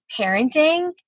parenting